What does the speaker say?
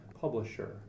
publisher